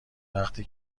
وقتی